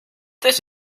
this